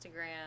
Instagram